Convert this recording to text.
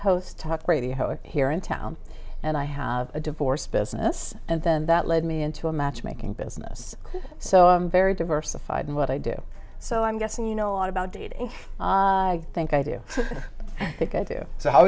host talk radio here in town and i have a divorce business and then that led me into a matchmaking business so i'm very diversified in what i do so i'm guessing you know a lot about dating i think i do think i do so how